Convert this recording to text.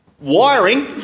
wiring